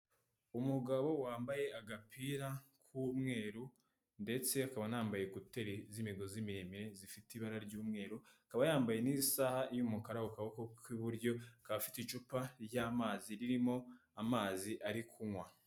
Umugabo wambaye agapira k'umweru ndetse akaba anambaye kuteri z'imigozi miremire zifite ibara ry'umweru, akaba yambaye n'isaha y'umukara ku kaboko k'iburyo, akaba afite icupa ry'amazi ririmo amazi ari kunywa.